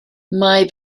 mae